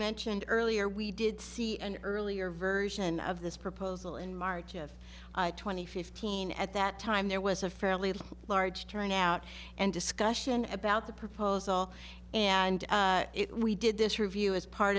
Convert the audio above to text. mentioned earlier we did see an earlier version of this proposal in march of two thousand and fifteen at that time there was a fairly large turnout and discussion about the proposal and we did this review as part